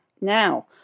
Now